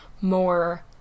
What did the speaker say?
more